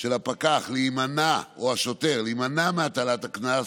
של הפקח או השוטר להימנע מהטלת הקנס